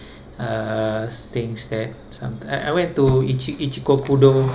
uh things that some I I went to ichi~ Ichikokudo